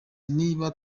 niba